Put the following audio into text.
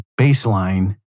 baseline